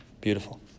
Beautiful